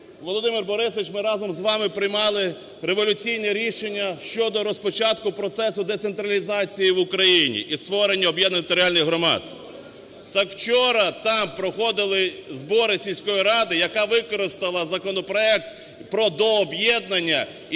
Володимир Борисович, ми разом з вами приймали революційне рішення щодорозпочатку процесу децентралізації в Україні і створення об'єднаних територіальних громад. Так вчора там проходили збори сільської ради, яка використала законопроект про дооб'єднання